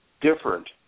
different